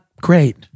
great